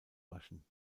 waschen